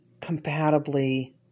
compatibly